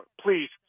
Please